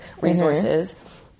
resources